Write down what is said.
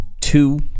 two